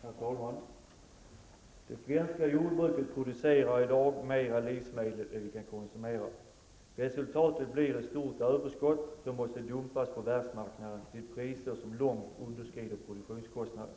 Herr talman! Det svenska jordbruket producerar i dag mer livsmedel än vi kan konsumera. Resultatet blir ett stort överskott som måste dumpas på världsmarknaden till priser som långt underskrider produktionskostnaden.